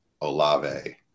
Olave